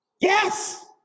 yes